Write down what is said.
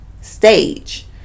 stage